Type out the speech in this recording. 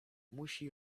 musi